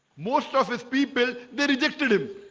most of his people they rejected him